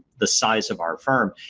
the size of our firm.